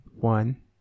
one